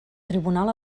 tribunal